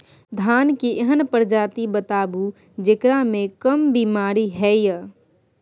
धान के एहन प्रजाति बताबू जेकरा मे कम बीमारी हैय?